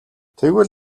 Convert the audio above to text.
тэгвэл